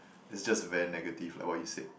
is just very negative like what you said